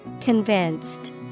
Convinced